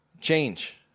change